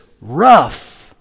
rough